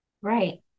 Right